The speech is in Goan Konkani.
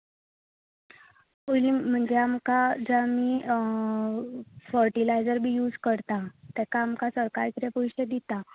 पयलीं म्हणचें आमकां जाणीं फर्टिलायझर बी यूज करता ताका आमकां सरकार पयशे दिता